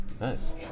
Nice